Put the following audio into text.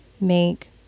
make